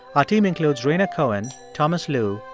our team includes rhaina cohen, thomas lu,